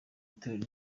itorero